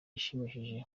ishimishije